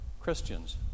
Christians